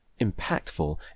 impactful